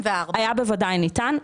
ועדיין התקציב שמונח השנה היה בוודאי ניתן,